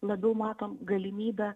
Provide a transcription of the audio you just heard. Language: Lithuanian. labiau matom galimybę